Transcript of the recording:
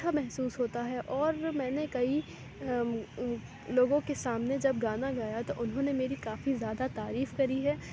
اچھا محسوس ہوتا ہے اور میں نے کئی لوگوں کے سامنے جب گانا گایا تو انہوں نے میری کافی زیادہ تعریف کری ہے